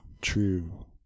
true